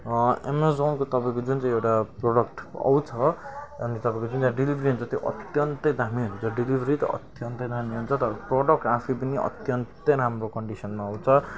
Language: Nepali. एमाजोनको तपाईँको जुन चाहिँ एउटा प्रोडक्ट आउँछ अनि तपाईँको जुन चाहिँ डेलिभरी हुन्छ त्यो अत्यन्तै दामी हुन्छ डेलिभरी त अत्यन्तै दामी हुन्छ तर प्रोडक्ट आफै पनि अत्यन्तै राम्रो कन्डिसनमा आउँछ